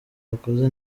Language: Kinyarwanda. bakoze